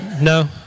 No